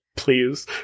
Please